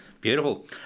Beautiful